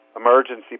emergency